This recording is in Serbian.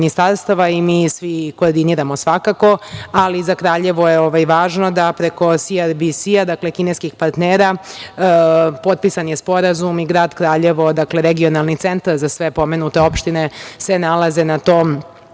i mi svi koordiniramo svakako, ali za Kraljevo je važno da preko SRBC, dakle, kineskih partnera, potpisan je Sporazum i grad Kraljevo, dakle, regionalni centar za sve pomenute opštine se nalaze na tom